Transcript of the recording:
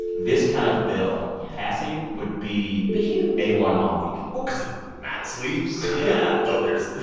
this kind of bill passing would be. be huge. a one all week well cause mattis leaves? yeah so there's.